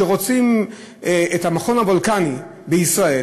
שאת מכון וולקני בישראל